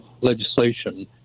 legislation